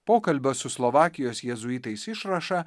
pokalbio su slovakijos jėzuitais išrašą